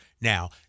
now